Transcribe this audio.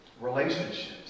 relationships